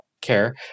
care